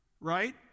right